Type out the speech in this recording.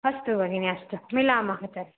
अस्तु भगिनि अस्तु मिलामः तत्